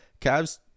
Cavs